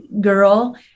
girl